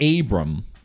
Abram